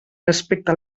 respecte